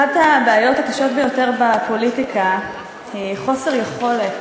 אחת הבעיות הקשות ביותר בפוליטיקה היא חוסר יכולת